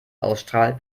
ausstrahlt